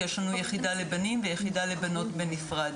כי יש לנו יחידה לבנים ויחידה לבנות בנפרד,